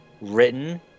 written